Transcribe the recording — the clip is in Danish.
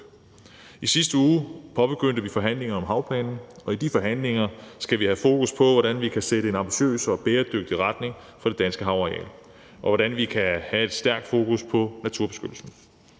I sidste uge påbegyndte vi forhandlingerne om havplanen, og i de forhandlinger skal vi have fokus på, hvordan vi kan sætte en ambitiøs og bæredygtig retning for det danske havareal, og hvordan vi kan have et stærkt fokus på naturbeskyttelsen.